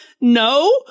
no